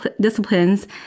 disciplines